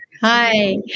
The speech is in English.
hi